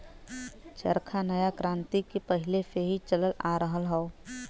चरखा नया क्रांति के पहिले से ही चलल आ रहल हौ